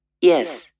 yes